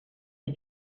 est